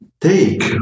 take